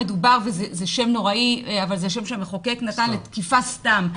וזה שם נוראי אבל זה שם שהמחוקק נתן היא תקיפה סתם,